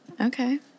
Okay